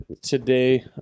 today